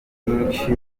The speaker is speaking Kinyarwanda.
bwinshi